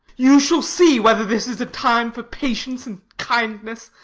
you shall see whether this is a time for patience and kindness.